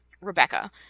Rebecca